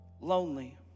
lonely